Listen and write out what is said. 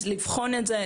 אז לבחון את זה,